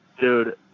Dude